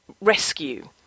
rescue